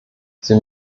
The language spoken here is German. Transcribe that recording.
sie